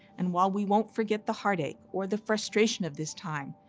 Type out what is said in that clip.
and while we won't forget the heartache or the frustration of this time,